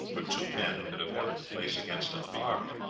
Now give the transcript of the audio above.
for two men could have held the place against an army